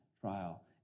trial